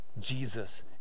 Jesus